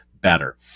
better